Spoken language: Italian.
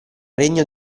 regno